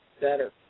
better